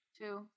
Two